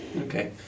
Okay